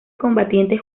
combatientes